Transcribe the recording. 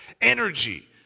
energy